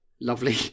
lovely